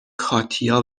کاتیا